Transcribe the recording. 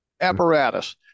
apparatus